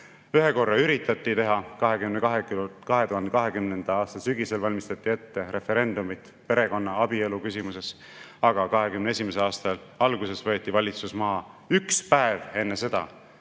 Ühe korra üritati teha, 2020. aasta sügisel valmistati ette referendumit perekonna ja abielu küsimuses, aga 2021. aasta alguses võeti valitsus maha, üks päev enne seda,